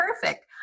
perfect